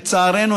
לצערנו,